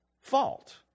fault